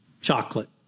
chocolate